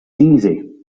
easy